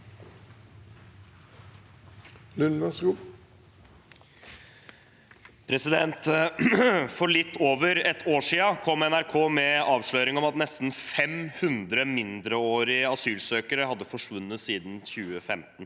For litt over et år siden kom NRK med avsløringer om at nesten 500 mindreårige asylsøkere hadde forsvunnet siden 2015.